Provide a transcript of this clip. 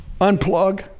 unplug